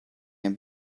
and